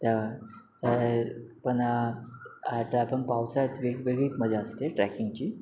त्या पण ड्रायफंग पावसाळ्यात वेगवेगळी मजा असते ट्रॅकिंगची